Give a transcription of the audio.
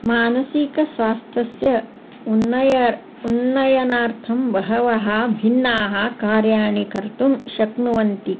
मानसिक स्वास्थ्यस्य उन्नयनम् उन्नयनार्थं बहवः भिन्नानि कार्याणि कर्तुं शक्नुवन्ति